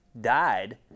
died